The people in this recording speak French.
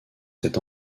cet